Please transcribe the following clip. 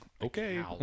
Okay